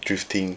drifting